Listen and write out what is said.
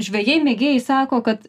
žvejai mėgėjai sako kad